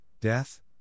death